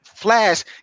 Flash